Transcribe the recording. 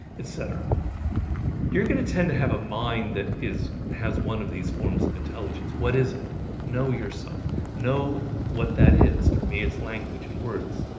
etc you're gonna tend to have a mind that is has one of these forms of intelligence what is it know yourself know what that is for me? it's language and words,